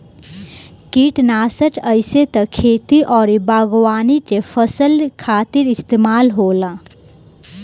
किटनासक आइसे त खेती अउरी बागवानी के फसल खातिर इस्तेमाल होला